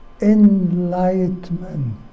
enlightenment